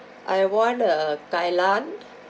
I want a kai lan